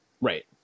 Right